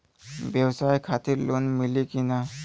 ब्यवसाय खातिर लोन मिली कि ना?